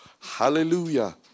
Hallelujah